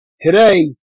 today